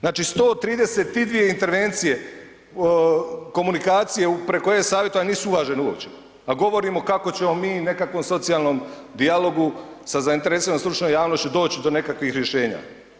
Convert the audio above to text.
Znači 132 intervencije komunikacije preko e-savjetovanja nisu uvažene uopće a govorimo kako ćemo mi nekakvom socijalnom dijalogu sa zainteresiranom stručnom javnošću doći do nekakvih rješenja.